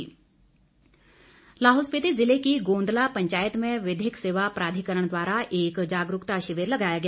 शिविर लाहौल स्पीति जिले की गोंदला पंचायत में विधिक सेवा प्राधिकरण द्वारा एक जागरूकता शिविर लगाया गया